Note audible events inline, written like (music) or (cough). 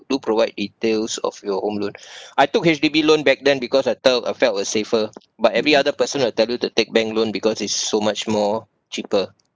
do provide details of your home loan (breath) I took H_D_B loan back then because I tell I felt uh safer but every other person will tell you to take bank loan because it's so much more cheaper